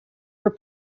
were